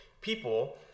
people